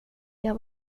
jag